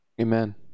Amen